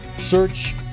Search